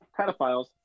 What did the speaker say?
pedophiles